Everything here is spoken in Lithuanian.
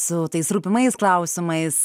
su tais rūpimais klausimais